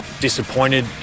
disappointed